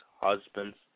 husbands